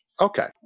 Okay